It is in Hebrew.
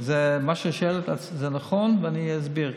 מה שאת שואלת זה נכון, ואני אסביר.